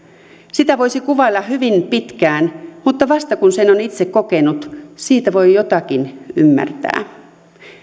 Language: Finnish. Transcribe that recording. sitä voisi kuvailla hyvin pitkään mutta vasta kun sen on itse kokenut siitä voi jotakin ymmärtää